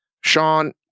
Sean